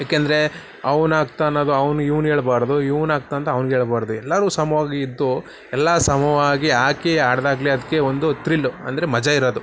ಏಕೆಂದರೆ ಅವ್ನು ಹಾಕ್ದ ಅನ್ನೋದು ಅವ್ನ್ಗೆ ಇವ್ನು ಹೇಳ್ಬಾರ್ದು ಇವ್ನು ಹಾಕ್ತ ಅಂತ ಅವ್ನ್ಗೆ ಹೇಳ್ಬಾರ್ದು ಎಲ್ಲರೂ ಸಮವಾಗಿ ಇದ್ದು ಎಲ್ಲ ಸಮವಾಗಿ ಹಾಕಿ ಆಡಿದಾಗ್ಲೇ ಅದಕ್ಕೆ ಒಂದು ತ್ರಿಲ್ಲು ಅಂದರೆ ಮಜಾ ಇರೋದು